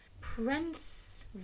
Prince